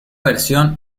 versión